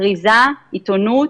כריזה, עיתונות,